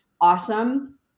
awesome